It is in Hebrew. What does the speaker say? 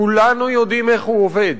כולנו יודעים איך הוא עובד.